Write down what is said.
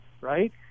right